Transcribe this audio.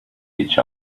each